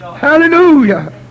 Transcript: Hallelujah